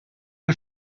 who